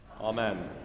Amen